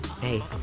Hey